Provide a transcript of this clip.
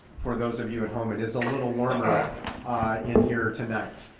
for those of you at home, it is a little warmer in here tonight.